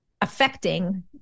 affecting